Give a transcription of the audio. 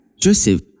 Joseph